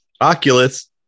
Oculus